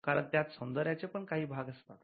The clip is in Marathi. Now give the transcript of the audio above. कारण त्यात सौंदर्याचे पण काही भाग असतात